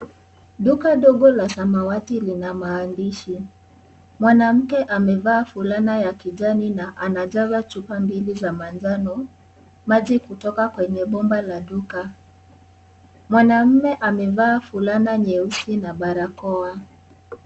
Duka dogo la samawati lina maandishi. Mwanamke amevaa fulana ya kijani na anajaza chupa mbili za manjano. Maji kutoka kwenye bomba la duka. Mwanamme amevaa fulana nyeusi na barakoa.